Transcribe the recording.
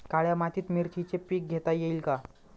काळ्या मातीत मिरचीचे पीक घेता येईल का?